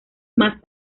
más